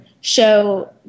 show